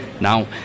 Now